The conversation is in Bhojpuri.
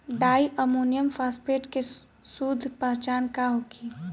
डाई अमोनियम फास्फेट के शुद्ध पहचान का होखे?